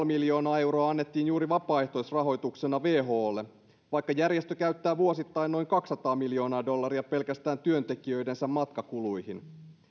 miljoonaa euroa annettiin juuri vapaaehtoisrahoituksena wholle vaikka järjestö käyttää vuosittain noin kaksisataa miljoonaa dollaria pelkästään työntekijöidensä matkakuluihin